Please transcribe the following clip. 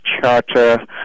Charter